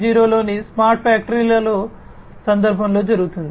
0 లోని స్మార్ట్ ఫ్యాక్టరీల సందర్భంలో జరుగుతుంది